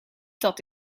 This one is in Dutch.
dat